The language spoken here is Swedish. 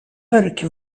mörk